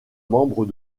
membres